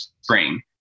spring